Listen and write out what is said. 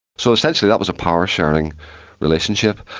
so essentially that was a power-sharing relationship.